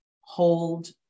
Hold